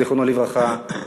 זיכרונו לברכה,